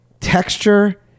texture